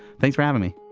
thanks for having me.